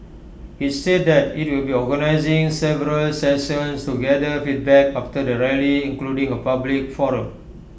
IT said that IT will be organising several sessions to gather feedback after the rally including A public forum